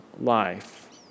life